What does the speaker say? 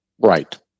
Right